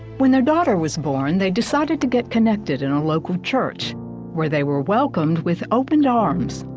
when their daughter was born they decided to get connected in a local church where they were welcomed with open arms.